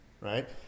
right